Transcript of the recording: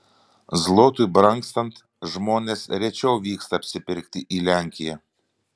zlotui brangstant žmonės rečiau vyksta apsipirkti į lenkiją